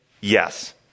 yes